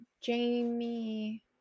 jamie